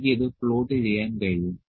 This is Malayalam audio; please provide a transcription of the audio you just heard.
എനിക്ക് ഇത് പ്ലോട്ട് ചെയ്യാൻ കഴിയും